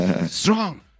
Strong